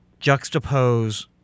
juxtapose